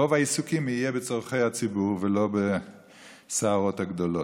רוב העיסוקים יהיו בצורכי הציבור ולא בסערות הגדולות.